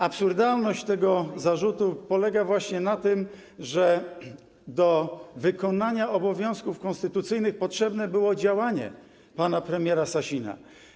Absurdalność tego zarzutu polega właśnie na tym, że do wykonania obowiązków konstytucyjnych potrzebne było działanie pana premiera Sasina.